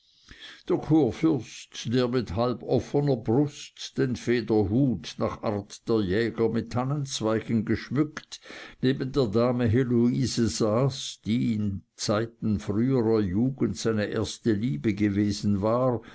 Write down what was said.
der mit halboffener brust den federhut nach art der jäger mit tannenzweigen geschmückt neben der dame heloise saß die in zeiten früherer jugend seine erste liebe gewesen war